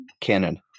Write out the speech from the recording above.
Canon